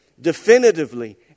definitively